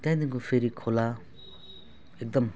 त्यहाँदेखिको फेरि खोला एकदम